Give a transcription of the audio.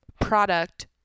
product